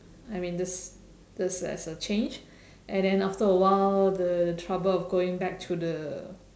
I mean just just as a change and then after a while the trouble of going back to the